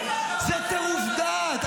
זה טירוף דעת.